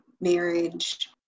marriage